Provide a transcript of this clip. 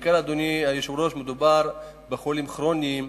בעיקר, אדוני היושב-ראש, מדובר בחולים כרוניים